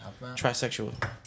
Trisexual